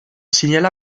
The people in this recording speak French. signala